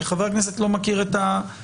כי חבר הכנסת לא מכיר את הנוסח.